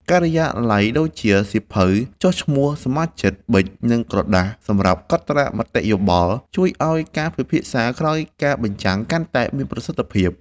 សម្ភារៈការិយាល័យ ដូចជាសៀវភៅចុះឈ្មោះសមាជិក ប៊ិច និងក្រដាសសម្រាប់កត់ត្រាមតិយោបល់ ជួយឱ្យការពិភាក្សាក្រោយការបញ្ចាំងកាន់តែមានប្រសិទ្ធភាព។